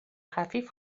خفیف